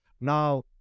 Now